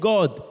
God